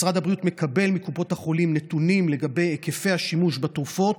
משרד הבריאות מקבל מקופות החולים נתונים לגבי היקפי השימוש בתרופות